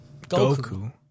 Goku